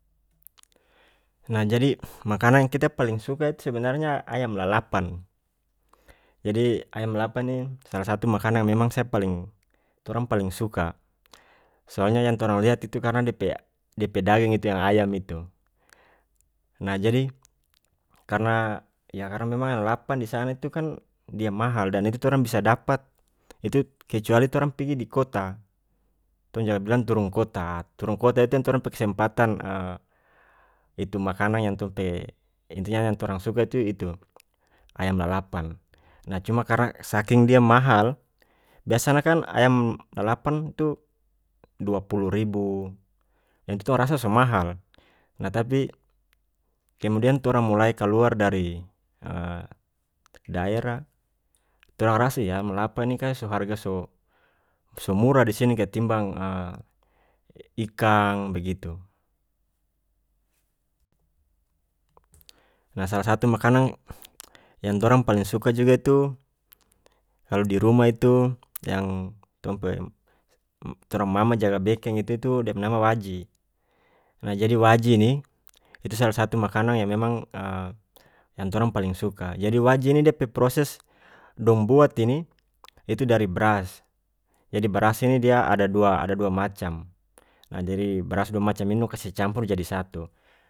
Nah jadi makanang kita paling suka itu sebenarnya ayam lalapan jadi ayam lalapan ini salah satu makanang memang saya paling torang paling suka soalnya yang torang liat itu karena dia pe dia pe daging itu yang ayam itu nah jadi karena yah karena memang lalapan di sana itu kan dia mahal dan itu torang bisa dapat itu kecuali torang pigi di kota tong jaga bilang turung kota turung kota itu yang torang pe kesempatan itu makanang yang tong pe itu yang torang suka tu itu ayam lalapan nah cuma karena saking dia mahal biasanya kan ayam lalapan tu dua puluh ribu yang tong rasa so mahal nah tapi kemudian torang mulai kaluar dari daerah tong rasa ayam lalapan ini kaya so harga so-so murah di sini ketimbang ikang begitu nah salah satu makanang yang torang paling suka juga itu kalu di rumah itu yang tong pe torang mama jaga bekeng itu tu dia pe nama waji nah jadi waji ini itu salah satu makanang yang memang yang torang paling suka jadi waji ini dia pe proses dong buat ini itu dari bras jadi baras ini dia ada dua ada dua macam nah jadi baras dua macam ini dong kase campur jadi satu.